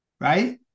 right